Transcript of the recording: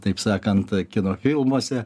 taip sakant kino filmuose